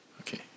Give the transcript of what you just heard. Okay